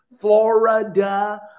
Florida